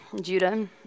Judah